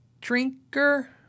drinker